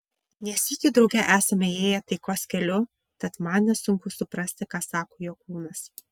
ne sykį drauge esame ėję taikos keliu tad man nesunku suprasti ką sako jo kūnas